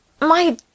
My